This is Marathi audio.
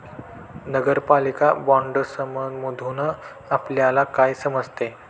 नगरपालिका बाँडसमधुन आपल्याला काय समजते?